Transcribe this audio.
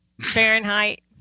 fahrenheit